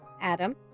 Adam